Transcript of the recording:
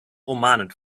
romanen